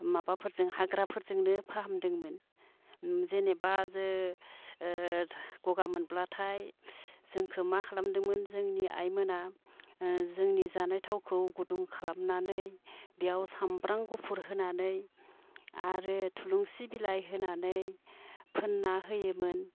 माबाफोरजों हाग्राफोरजोंनो फाहामदोंमोन जेनोबा जो ओ गगा मोनब्लाथाय जोंखो मा खालामदों जोंनि आइमोना ओ जोंनि जानाय थावखौ गुदुं खालामनानै बियाव सामब्राम गुफुर होनानै आरो थुलुंसि बिलाइ होनानै फोनना होयोमोन